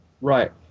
Right